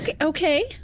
Okay